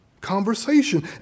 conversation